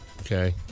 Okay